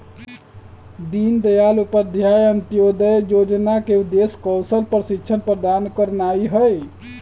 दीनदयाल उपाध्याय अंत्योदय जोजना के उद्देश्य कौशल प्रशिक्षण प्रदान करनाइ हइ